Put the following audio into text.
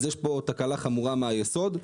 אז יש פה תקלה חמורה מהיסוד.